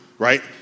Right